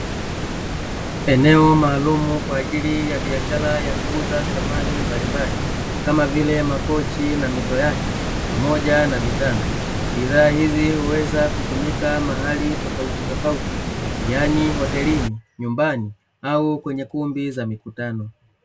Eneo maalumu kwaajili ya biashara kuuza samani mbalimbali, kama vile makochi na mito yake pamoja na vitanda, bidhaa hizi huweza kutumika mahali tofauti tofauti yaani Hotelini, nyumbani au Kwenye kumbi za mikutano.